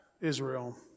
Israel